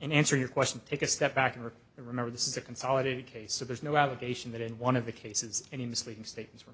answer your question take a step back and remember this is a consolidated case so there's no allegation that in one of the cases any misleading statements